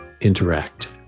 interact